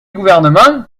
gouvernement